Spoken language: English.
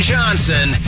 Johnson